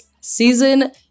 season